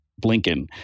Blinken